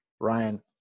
Ryan